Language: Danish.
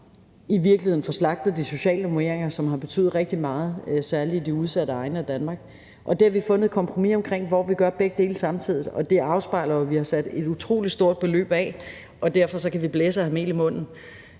i virkeligheden ville slagte socialnormeringerne, som har betydet rigtig meget, særlig i de udsatte egne af Danmark, og det har vi fundet et kompromis om, hvor vi gør begge dele samtidig, og det afspejler jo, at vi har sat et utrolig stort beløb af, og derfor kan vi blæse og have mel i munden